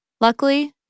Luckily